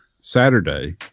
Saturday